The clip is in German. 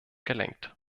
gelenkt